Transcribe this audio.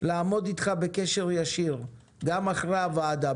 לעמוד אתך בקשר ישיר גם אחרי ישיבת הוועדה.